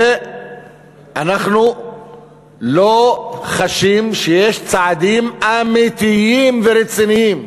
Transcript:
ואנחנו לא חשים שיש צעדים אמיתיים ורציניים.